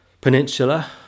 peninsula